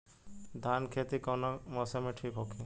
धान के खेती कौना मौसम में ठीक होकी?